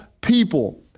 people